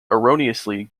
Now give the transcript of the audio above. erroneously